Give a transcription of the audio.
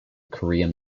korean